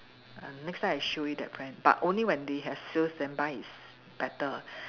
uh next time I show you that brand but only when they have sales then buy it's better